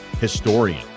historian